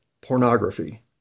pornography